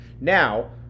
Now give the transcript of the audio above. now